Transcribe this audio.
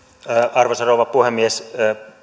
arvoisa rouva puhemies